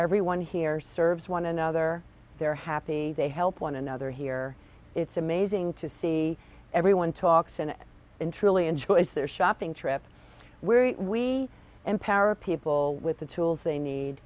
everyone here serves one another they're happy they help one another here it's amazing to see everyone talks an interest is their shopping trip where we empower people with the tools they need